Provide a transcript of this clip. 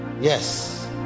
yes